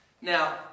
Now